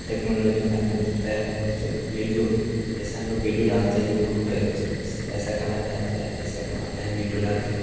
technology فائدے دیتا ہے اور اس سے ویڈیو جیسے ہم لوگ ویڈیو ڈالتے ہیں یو ٹوب پہ اس سے پیسہ کمایا جاتا ہے پیسہ کماتے ہیں ویڈیو ڈال کے